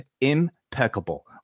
impeccable